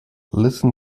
listen